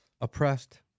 oppressed